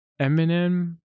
Eminem